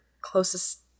closest